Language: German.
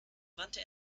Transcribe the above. wandte